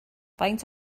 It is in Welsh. faint